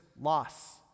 loss